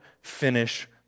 finish